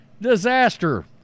disaster